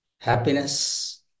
happiness